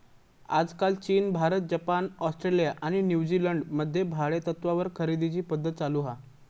आजकाल चीन, भारत, जपान, ऑस्ट्रेलिया आणि न्यूजीलंड मध्ये भाडेतत्त्वावर खरेदीची पध्दत चालु हा